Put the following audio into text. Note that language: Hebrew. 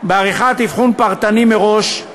בעריכת אבחון פרטני מראש,